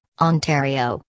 Ontario